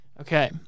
Okay